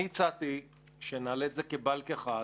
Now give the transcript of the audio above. אני הצעתי שנעלה את זה כבאלק אחד,